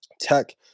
Tech